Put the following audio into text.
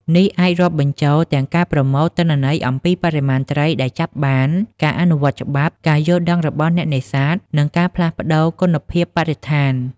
នេះអាចរាប់បញ្ចូលទាំងការប្រមូលទិន្នន័យអំពីបរិមាណត្រីដែលចាប់បាន ការអនុវត្តច្បាប់ ការយល់ដឹងរបស់អ្នកនេសាទ និងការផ្លាស់ប្តូរគុណភាពបរិស្ថាន។